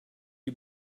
you